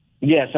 Yes